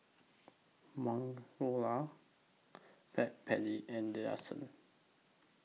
Magnolia Backpedic and Delsey